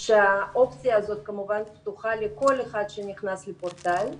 שהאופציה הזאת כמובן פתוחה לכל אחד שנכנס לפורטל.